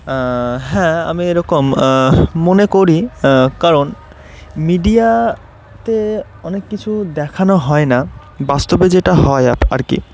হ্যাঁ আমি এরকম মনে করি কারণ মিডিয়াতে অনেক কিছু দেখানো হয় না বাস্তবে যেটা হয় আর কি